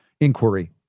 inquiry